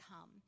come